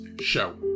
show